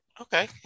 Okay